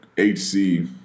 HC